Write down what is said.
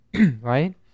Right